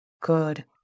good